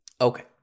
okay